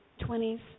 20s